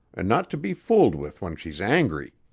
and not to be fooled with when she's angry.